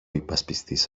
υπασπιστής